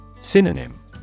Synonym